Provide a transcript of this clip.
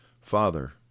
Father